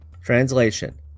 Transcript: Translation